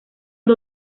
son